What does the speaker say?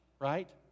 right